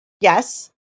Yes